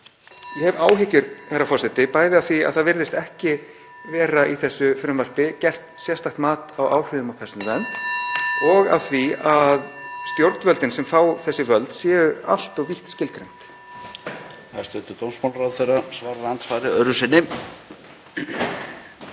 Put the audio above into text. Ég hef áhyggjur, herra forseti, bæði af því að það virðist ekki í þessu frumvarpi vera gert sérstakt mat á áhrifum á persónuvernd, og af því að stjórnvöldin sem fá þessi völd séu allt of vítt skilgreind.